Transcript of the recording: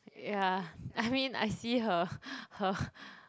yeah I mean I see her her